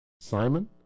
Simon